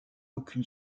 aucune